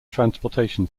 transportation